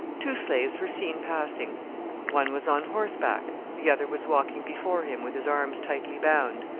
two slaves were seen passing one was on horseback, the other was walking before him with his arms tightly bound,